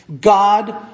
God